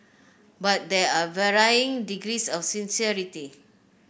but there are varying degrees of sincerity